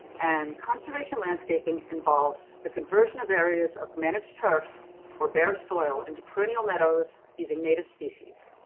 and conservation landscaping involves the conversion of areas of managed turf or bare soil into perennial meadows using native species.